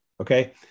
Okay